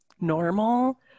normal